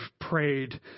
prayed